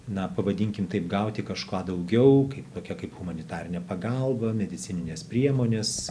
na pavadinkim taip gauti kažką daugiau kaip tokia kaip humanitarinė pagalba medicininės priemonės